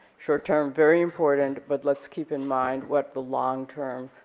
short term very important, but let's keep in mind what the long term